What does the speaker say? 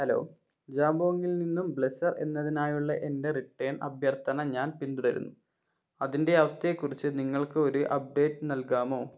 hello ജാമ്പോങ്ങിൽ നിന്നും blazer എന്നതിനായുള്ള എൻറ്റെ റിട്ടേൺ അഭ്യർത്ഥന ഞാൻ പിന്തുടരുന്നു അതിൻറ്റെ അവസ്ഥയെക്കുറിച്ച് നിങ്ങൾക്ക് ഒരു അപ്ഡേറ്റ് നൽകാമോ